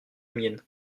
mienne